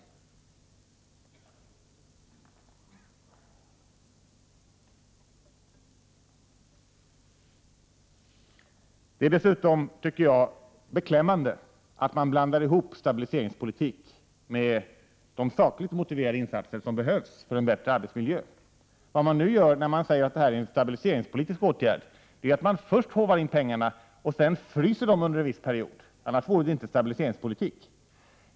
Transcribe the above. Jag tycker dessutom att det är beklämmande att man blandar ihop stabiliseringspolitik med de sakligt motiverade insatser som behövs för en bättre arbetsmiljö. Stabiliseringspolitiska åtgärder innebär att man först håvar in pengarna och sedan fryser dem under en viss period, annars vore det inte stabiliseringspolitik.